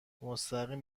مستقیم